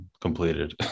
completed